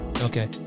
Okay